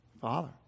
Father